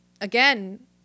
again